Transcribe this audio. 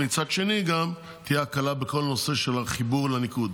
ומצד שני גם תהיה הקלה בכל הנושא של כל החיבורים לניקוד.